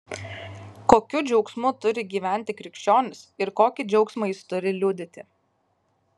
kokiu džiaugsmu turi gyventi krikščionis ir kokį džiaugsmą jis turi liudyti